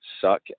suck